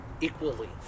equally